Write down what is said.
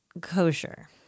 kosher